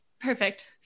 Perfect